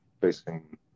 facing